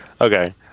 Okay